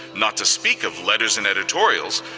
not to speak of letters and editorials,